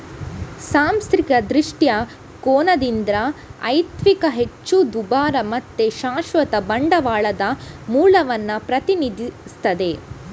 ಸಾಂಸ್ಥಿಕ ದೃಷ್ಟಿಕೋನದಿಂದ ಇಕ್ವಿಟಿಯು ಹೆಚ್ಚು ದುಬಾರಿ ಮತ್ತೆ ಶಾಶ್ವತ ಬಂಡವಾಳದ ಮೂಲವನ್ನ ಪ್ರತಿನಿಧಿಸ್ತದೆ